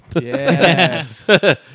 Yes